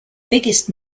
biggest